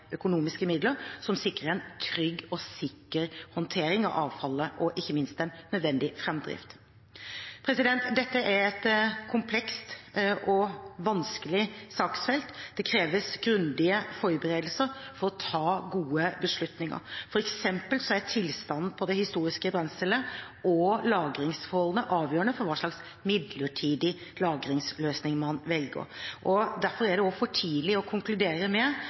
økonomiske midler som sikrer en trygg og sikker håndtering av avfallet og ikke minst den nødvendige framdrift. Dette er et komplekst og vanskelig saksfelt. Det kreves grundige forberedelser for å ta gode beslutninger. For eksempel er tilstanden på det historiske brenselet og lagringsforholdene avgjørende for hva slags midlertidig lagringsløsning man velger. Derfor er det også for tidlig å konkludere med